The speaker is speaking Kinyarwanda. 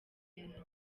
yanjye